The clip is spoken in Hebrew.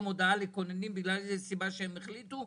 הודעה לכוננים בגלל איזו סיבה שהם החליטו,